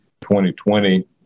2020